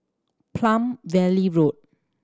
Palm Valley Road